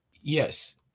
yes